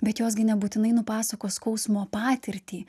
bet jos gi nebūtinai nupasakos skausmo patirtį